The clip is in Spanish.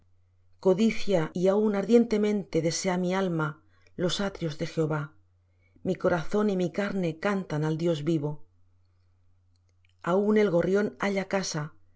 codicia y aun ardientemente desea mi alma los atrios de jehová mi corazón y mi carne cantan al dios vivo aun el gorrión halla casa